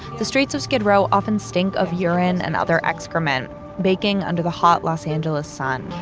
the streets of skid row often stink of urine and other excrement baking under the hot los angeles sun.